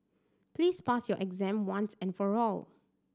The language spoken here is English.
please pass your exam once and for all